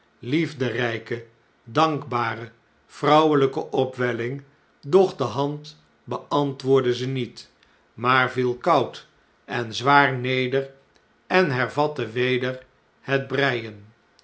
liefderpe dankbare vrouweljjke opwelling doch de hand beantwoordde ze niet maar viel koud en zwaar neder en hervatte weder het breien